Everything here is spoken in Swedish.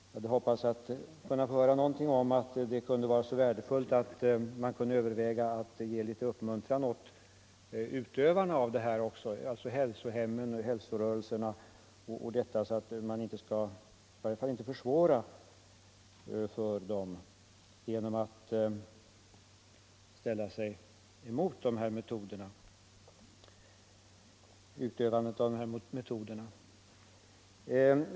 Jag hade hoppats få höra någonting om att man kunde överväga att ge litet uppmuntran åt utövarna av verksamheten på t.ex. hälsohem och inom hälsorörelser o. d., så att man i varje fall inte försvårar för dem genom att uppträda som motståndare till dessa metoder.